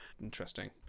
interesting